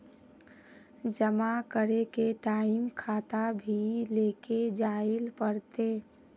जमा करे के टाइम खाता भी लेके जाइल पड़ते?